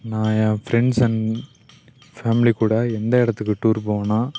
நான் என் friends and family கூட எந்த இடத்துக்கு டூர் போவேன்னா